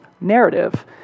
narrative